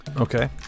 Okay